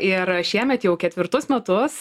ir šiemet jau ketvirtus metus